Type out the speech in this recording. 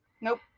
Nope